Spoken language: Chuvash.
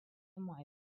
май